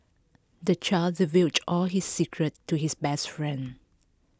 the child divulged all his secrets to his best friend